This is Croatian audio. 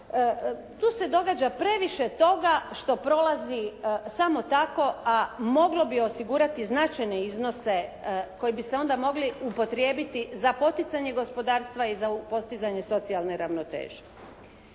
Tu se događa previše toga što prolazi samo tako, a moglo bi osigurati značajne iznose koji bi se onda mogli upotrijebiti za poticanje gospodarstva i za postizanje socijalne ravnoteže.